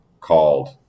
called